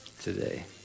today